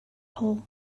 hole